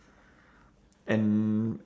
and